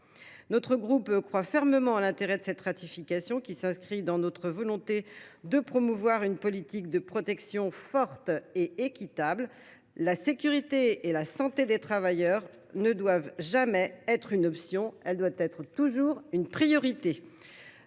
Centriste croit fermement en l’intérêt de cette ratification, qui s’inscrit dans sa volonté de promouvoir une politique de protection forte et équitable. La sécurité et la santé des travailleurs ne doivent jamais être une option : elles doivent être toujours une priorité